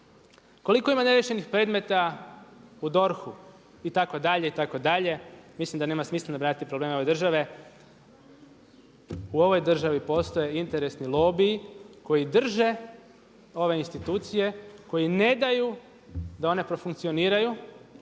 Koliko ima neriješenih predmeta u DORH-u itd. itd. Mislim da nema smisla nabrajati probleme ove države. U ovoj državi postoje interesni lobiji koji drže ove institucije koji ne daju da one profunkcioniraju,